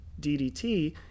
DDT